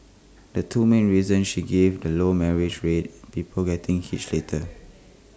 the two main reasons she gave are the low marriage rate people getting hitched later